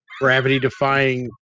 Gravity-defying